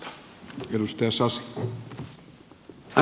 arvoisa puhemies